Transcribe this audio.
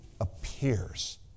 appears